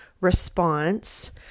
response